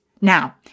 Now